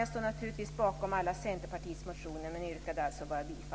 Jag står naturligtvis bakom alla